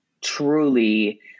truly